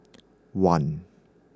one